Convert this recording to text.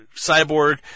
Cyborg